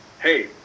hey